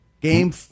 game